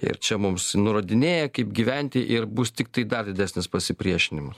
ir čia mums nurodinėja kaip gyventi ir bus tiktai dar didesnis pasipriešinimas